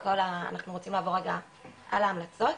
אז אנחנו רוצים לעבור רגע על ההמלצות.